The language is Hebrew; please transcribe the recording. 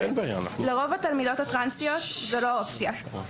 לרוב התלמידות הטרנסיות, זוהי לא אופציה.